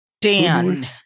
Dan